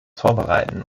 vorbereiten